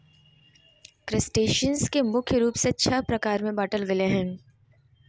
crustaceans के मुख्य रूप से छः प्रकार में बांटल गेले हें